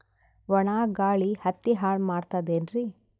ಒಣಾ ಗಾಳಿ ಹತ್ತಿ ಹಾಳ ಮಾಡತದೇನ್ರಿ?